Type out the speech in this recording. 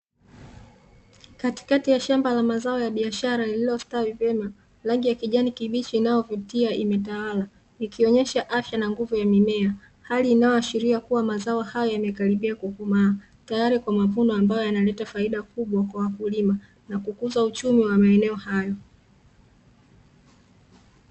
Katikati ya shamba la mazao ya biashara lililostawi vyema, rangi ya kijani kibichi inayovutia imetawala ikionyesha afya na nguvu ya mimea. Hali inayoashiria kuwa mazao haya yamekaribia kukomaa tayari kwa mavuno ambayo yanaleta faida kubwa kwa wakulima na kukuza uchumi wa maeneo hayo.